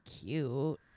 cute